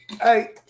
Hey